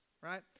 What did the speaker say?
right